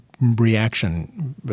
reaction